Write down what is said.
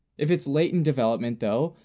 if it's late in development though,